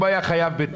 אם הוא היה חייב בתקן,